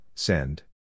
Send